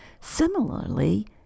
Similarly